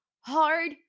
Hard